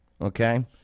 okay